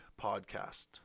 podcast